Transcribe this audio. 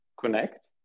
connect